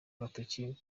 agatoki